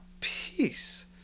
peace